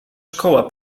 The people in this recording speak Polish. szkoła